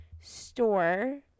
store